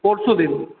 পরশু দিন